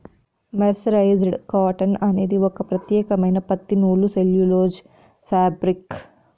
mercerised cotton అనేది ఒక ప్రత్యేకమైన పత్తి నూలు సెల్యులోజ్ ఫాబ్రిక్